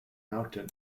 mountain